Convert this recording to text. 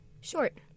short